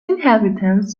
inhabitants